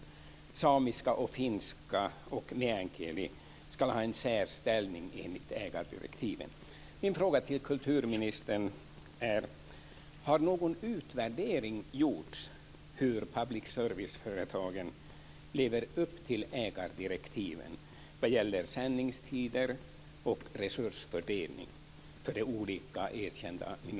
Samiska, finska och meänkieli ska ha en särställning, enligt ägardirektiven.